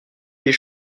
les